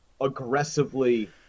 aggressively